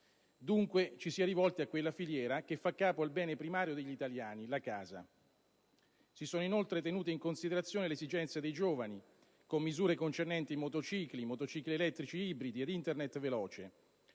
Dunque, ci si è rivolti a quella filiera che fa capo al bene primario degli italiani: la casa. Si sono, inoltre, tenute in considerazione le esigenze dei giovani con misure concernenti motocicli, motocicli elettrici ibridi ed Internet veloce.